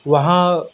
وہاں